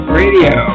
radio